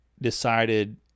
decided